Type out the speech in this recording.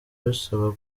bisaba